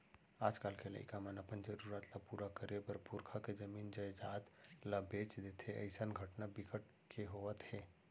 आजकाल के लइका मन अपन जरूरत ल पूरा करे बर पुरखा के जमीन जयजाद ल बेच देथे अइसन घटना बिकट के होवत हे